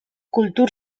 kultur